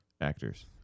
Actors